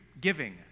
giving